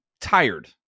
tired